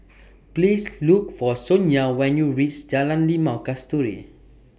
Please Look For Sonya when YOU REACH Jalan Limau Kasturi